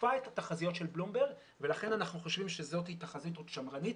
עקפה את התחזיות של בלומברג ולכן אנחנו חושבים שזאת היא תחזית שמרנית